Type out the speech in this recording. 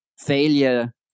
failure